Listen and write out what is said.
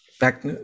Back